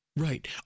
Right